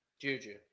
Juju